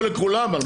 (ג)(1)